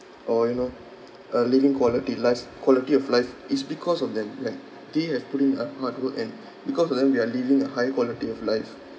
or you know a living quality lies quality of life is because of them like they have put in the hard work and because of them we are living a higher quality of life